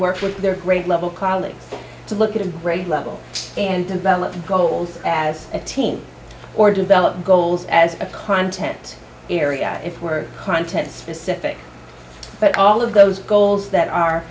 work with their grade level colleagues to look at a grade level and develop goals as a team or develop goals as a content area if we're content specific but all of those goals that are